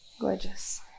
Gorgeous